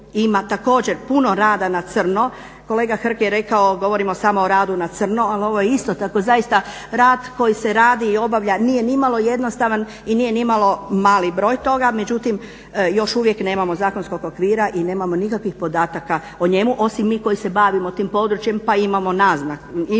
ima također puno rada na crno. Kolega Hrg je rekao govorimo samo o radu na crno, ali ovo je isto tako zaista rad koji se radi i obavlja nije nimalo jednostavan i nije nimalo mali broj toga, međutim još uvijek nemamo zakonskog okvira i nemamo nikakvih podataka o njemu osim mi koji se bavimo tim područjem pa imamo neke naznake,